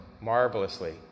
marvelously